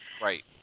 Right